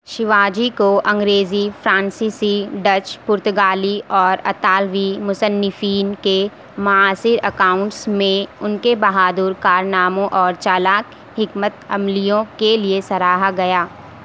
شیواجی کو انگریزی فرانسیسی ڈچ پرتگالی اور اطالوی مصنفین کے معاصر اکاؤنٹس میں ان کے بہادر کارناموں اور چالاک حکمت عملیوں کے لیے سراہا گیا